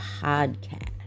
podcast